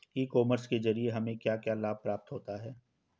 ई commerce के ज़रिए हमें क्या क्या लाभ प्राप्त होता है?